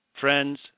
friends